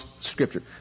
scripture